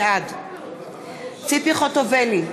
בעד ציפי חוטובלי,